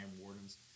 Wardens